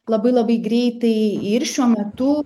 labai labai greitai ir šiuo metu